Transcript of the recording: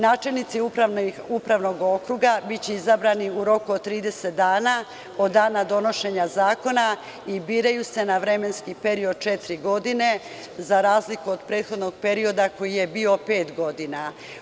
Načelnici upravnog okruga biće izabrani u roku od 30 dana od dana donošenja zakona i biraju se na vremenski period od četiri godine, za razliku od prethodnog perioda koji je bio pet godina.